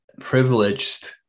privileged